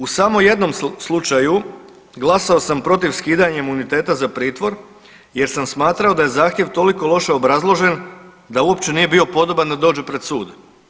U samo jednom slučaju glasao sam protiv skidanja imuniteta za pritvor jer sam smatrao da je zahtjev toliko loše obrazložen da uopće nije bio podoban da dođe pred sud.